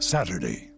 Saturday